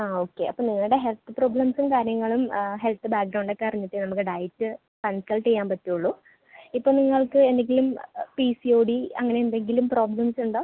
ആ ഓക്കെ അപ്പോൾ നിങ്ങളുടെ ഹെൽത്ത് പ്രോബ്ലെംസും കാര്യങ്ങളും ഹെൽത്ത് ബാക്ക്ഗ്രൗണ്ട് ഒക്കെ അറിഞ്ഞിട്ടേ നമുക്ക് ഡയറ്റ് കൺസൾട്ട് ചെയ്യാൻ പറ്റൂള്ളൂ ഇപ്പോൾ നിങ്ങൾക്ക് എന്തെങ്കിലും പി സി ഒ ഡി അങ്ങനെ എന്തെങ്കിലും പ്രോബ്ലെംസ് ഉണ്ടോ